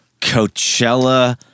Coachella